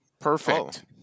Perfect